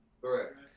Correct